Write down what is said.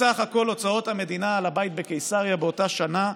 בסך הכול הוצאות המדינה על הבית בקיסריה באותה שנה,